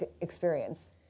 experience